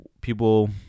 people